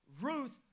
Ruth